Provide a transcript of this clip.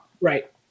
Right